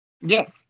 Yes